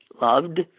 loved